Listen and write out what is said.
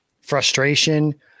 frustration